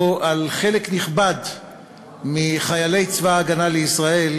שבו על חלק נכבד מחיילי צבא ההגנה לישראל